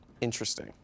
Interesting